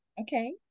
okay